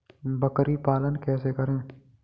बकरी पालन कैसे करें?